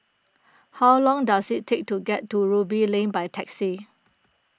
how long does it take to get to Ruby Lane by taxi